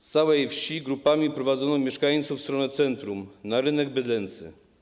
Z całej wsi grupami prowadzono mieszkańców w stronę centrum, na rynek bydlęcy.